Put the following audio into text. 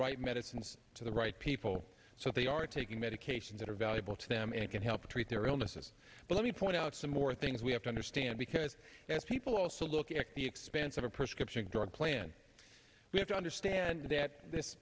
right medicines to the right people so they are taking medications that are valuable to them and can help treat their own assess but let me point out some more things we have to understand because if people also look at the expense of a prescription drug plan we have to understand that this